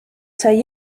sai